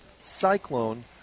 Cyclone